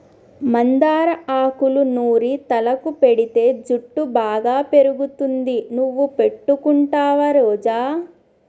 మందార ఆకులూ నూరి తలకు పెటితే జుట్టు బాగా పెరుగుతుంది నువ్వు పెట్టుకుంటావా రోజా